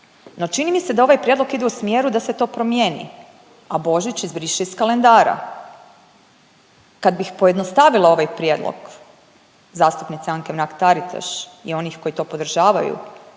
No, čini mi se da ovaj prijedlog ide u smjeru da se to promijeni, a Božić izbriše iz kalendara. Kad bih pojednostavila ovaj prijedlog zastupnice Anke Mrak Tartaš i onih koji to podržavaju